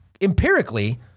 Empirically